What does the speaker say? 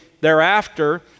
thereafter